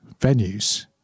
venues